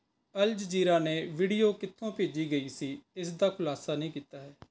Al Jazeera ਨੇ video ਕਿੱਥੋਂ ਭੇਜੀ ਗਈ ਸੀ ਇਸਦਾ ਖੁਲਾਸਾ ਨਹੀਂ ਕੀਤਾ ਹੈ